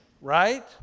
right